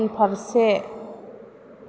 उनफारसे